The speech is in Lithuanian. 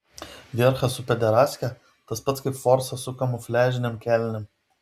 vierchas su pederastke tas pats kas forsas su kamufliažinėm kelnėm